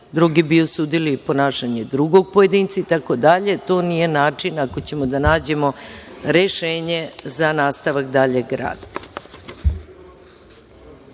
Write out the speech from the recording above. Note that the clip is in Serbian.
Drugi bi osudili ponašanje drugog pojedinca, itd. To nije način, ako ćemo da nađemo rešenje, za nastavak daljeg rada. Tako